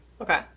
Okay